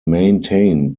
maintained